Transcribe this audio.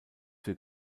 für